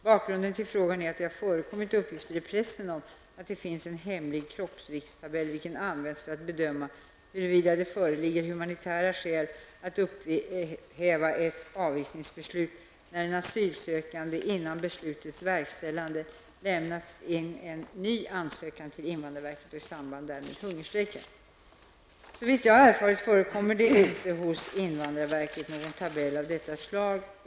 Bakgrunden till frågan är att det har förekommit uppgifter i pressen om att det finns en hemlig ''kroppsviktstabell'' vilken används för att bedöma huruvida det föreligger humanitära skäl att upphäva ett avvisningsbeslut när en asylsökande, före beslutets verkställande, lämnat in en ny ansökan till invandrarverket och i samband därmed hungerstrejkar. Såvitt jag har erfarit förekommer inte hos invandrarverket någon tabell av detta slag.